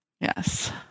Yes